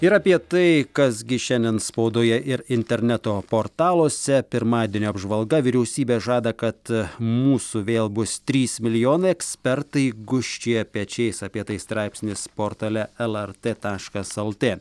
ir apie tai kas gi šiandien spaudoje ir interneto portaluose pirmadienio apžvalga vyriausybė žada kad mūsų vėl bus trys milijonai ekspertai gūžčioja pečiais apie tai straipsnis portale lrt taškas lt